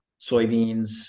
soybeans